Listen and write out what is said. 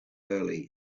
early